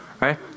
right